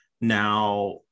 Now